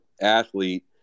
athlete